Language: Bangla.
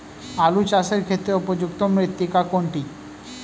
আলু চাষের ক্ষেত্রে উপযুক্ত মৃত্তিকা কোনটি?